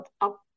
up